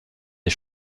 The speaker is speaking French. des